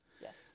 Yes